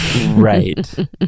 Right